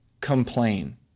complain